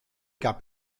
gab